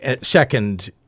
Second